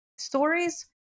Stories